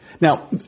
Now